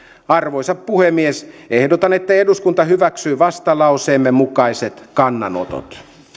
arvoisa puhemies ehdotan että eduskunta hyväksyy vastalauseemme mukaiset kannanotot